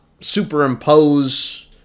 superimpose